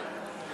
מה?